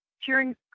cheering